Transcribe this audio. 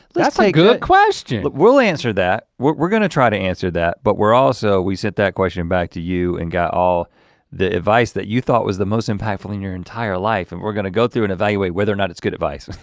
that's a good question. but we'll answer that. we're gonna try to answer that, but we sent that question and back to you and got all the advice that you thought was the most impactful in your entire life, and we're gonna go through and evaluate whether or not it's good advice.